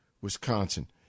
Wisconsin